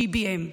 GBM,